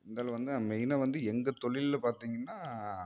முதல்ல வந்து மெயின்னா வந்து எங்கள் தொழில்ல பார்த்திங்கன்னா